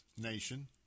nation